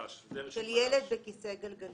של ילד בכיסא גלגלים.